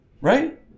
Right